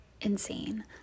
insane